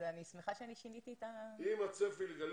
אני שמחה שאני שיניתי את ה --- עם הצפי לגלי